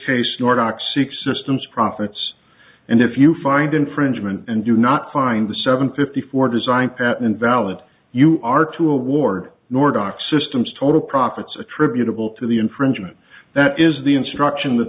toxic system's profits and if you find infringement and do not find the seven fifty four design pap invalid you are to award nor dock systems total profits attributable to the infringement that is the instruction that